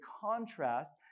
contrast